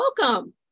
Welcome